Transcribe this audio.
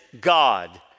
God